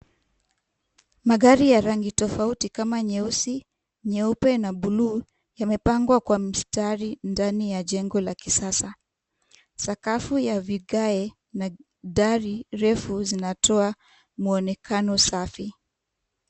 Magari ya rangi tofauti kama nyeusi, nyeupe na bluu yamepangwa kwa mstari ndani ya jengo la kisasa. Sakafu ya vigae na dari refu zinatoa mwonekano safi.